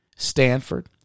Stanford